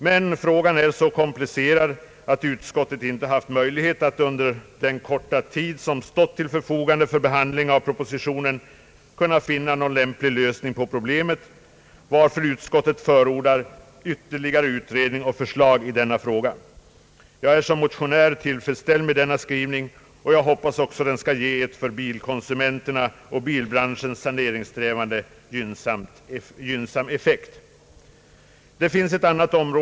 Men frågan är så komplicerad, att utskottet inte haft möjlighet att under den korta tid som stått till förfogande för behandlingen av propositionen kunna finna någon lämplig lösning på problemet, varför utskottet förordar ytterligare utredning och förslag i frågan. Jag är som motionär tillfredsställd med denna skrivning, och jag hoppas att en utredning kommer att ge ett för bilkonsumenterna och bilbranschens saneringssträvanden gynnsamt resultat.